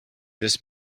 this